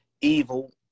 Evil